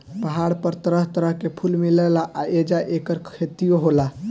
पहाड़ पर तरह तरह के फूल मिलेला आ ऐजा ऐकर खेतियो होला